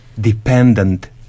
dependent